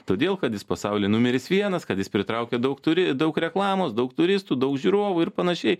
todėl kad jis pasauly numeris vienas kad jis pritraukia daug turi daug reklamos daug turistų daug žiūrovų ir panašiai